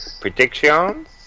Predictions